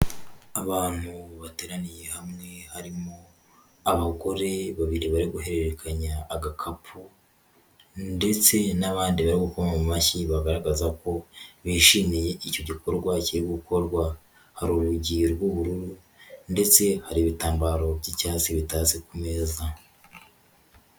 Abantu bateraniye hamwe harimo abagore babiri bari guhererekanya agakapu, ndetse n'abandi bari gukoma mu mashyi bagaragaza ko bishimiye icyo gikorwa kiri gukorwa, hari urugi rw'ubururu ndetse hari ibitambaro by'icyatsi bitatse ku meza.